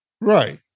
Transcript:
Right